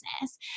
business